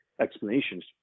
explanations